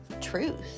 truth